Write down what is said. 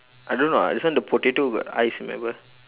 I don't know ah this one the potato got eyes remember